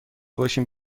باشیم